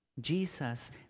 Jesus